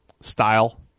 style